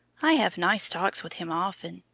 i have nice talks with him often.